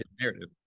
narrative